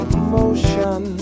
emotion